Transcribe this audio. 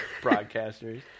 broadcasters